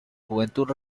juventud